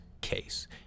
case